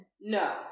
No